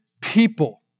people